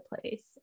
place